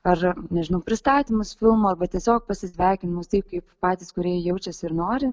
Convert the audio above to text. ar nežinau pristatymus filmo arba tiesiog pasisveikinus taip kaip patys kūrėjai jaučiasi ir nori